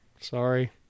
Sorry